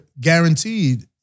guaranteed